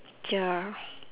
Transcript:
ya